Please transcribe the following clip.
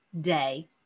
day